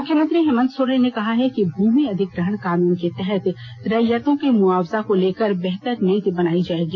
मुख्यमंत्री हेमन्त सोरेन ने कहा है कि भूमि अधिग्रहण कानून के तहत रैयतों के मुआवजा को लेकर बेहतर नीति बनाई जाएगी